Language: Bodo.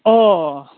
अ